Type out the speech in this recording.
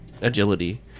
agility